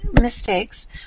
mistakes